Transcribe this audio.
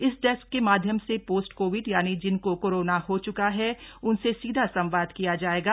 इस डेस्क के माध्यम से पोस्ट कोविड यानि जिनको कोरोना हो च्का है उनसे सीधा संवाद किया जायेगा